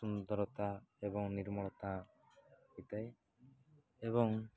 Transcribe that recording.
ସୁନ୍ଦରତା ଏବଂ ନିର୍ମଳତା ହୋଇଥାଏ ଏବଂ